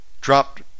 dropped